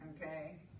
okay